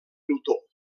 plutó